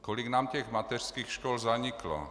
Kolik nám těch mateřských škol zaniklo!